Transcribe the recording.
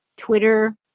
Twitter